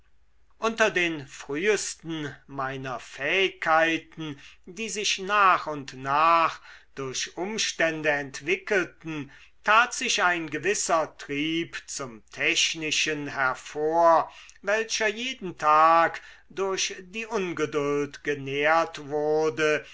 unter den frühsten meiner fähigkeiten die sich nach und nach durch umstände entwickelten tat sich ein gewisser trieb zum technischen hervor welcher jeden tag durch die ungeduld genährt wurde